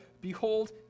Behold